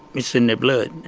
it's in their blood.